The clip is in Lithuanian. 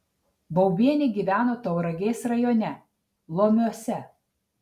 baubienė gyveno tauragės rajone lomiuose